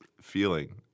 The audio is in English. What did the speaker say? feeling